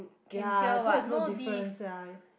ya so it's no difference sia